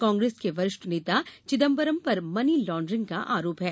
कांग्रेस के वरिष्ठ नेता चिदंबरम पर मनी लॉड्रिंग का आरोप है